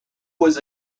was